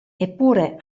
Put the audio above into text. eppure